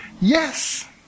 Yes